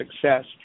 success